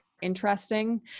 interesting